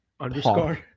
underscore